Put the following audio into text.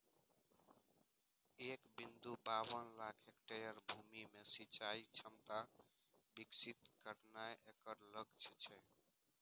एक बिंदु बाबन लाख हेक्टेयर भूमि मे सिंचाइ क्षमता विकसित करनाय एकर लक्ष्य छै